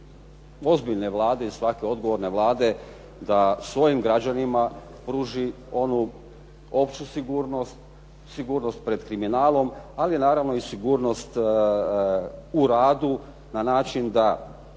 ozbiljne Vlade i svake odgovorne vlade da svojim građanima pruži onu opću sigurnost, sigurnost pred kriminalom, ali je naravno i sigurnost u radu na način da